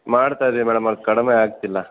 ಮಾಡ್ತಾ ಇದ್ದೀವಿ ಮೇಡಮ್ ಅದು ಕಡಿಮೆ ಆಗ್ತಿಲ್ಲ